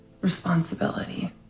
responsibility